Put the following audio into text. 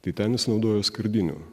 tai ten jis naudojo skardinių